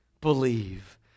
believe